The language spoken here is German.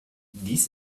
dies